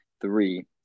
three